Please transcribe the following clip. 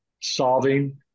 Solving